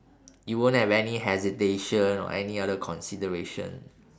you won't have any hesitation or any other consideration